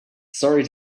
sorry